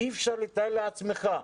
אי אפשר לתאר לעצמך.